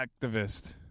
activist